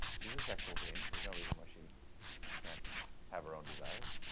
she's a sexual being. there's no reason why she can't have her own desires.